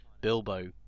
Bilbo